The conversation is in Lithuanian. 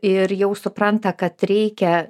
ir jau supranta kad reikia